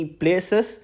places